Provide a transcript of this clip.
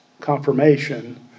confirmation